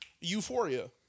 Euphoria